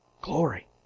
glory